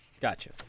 Gotcha